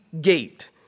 gate